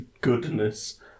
goodness